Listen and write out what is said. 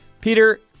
Peter